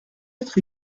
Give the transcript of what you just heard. être